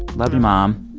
love you, mom.